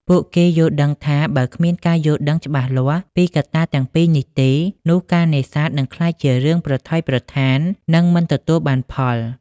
ពួកគេយល់ដឹងថា បើគ្មានការយល់ដឹងច្បាស់លាស់ពីកត្តាទាំងពីរនេះទេ នោះការនេសាទនឹងក្លាយជារឿងប្រថុយប្រថាន និងមិនទទួលបានផល។